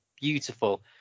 beautiful